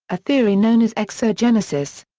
a theory known as exogenesis.